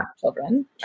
children